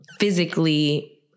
Physically